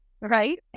right